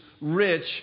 rich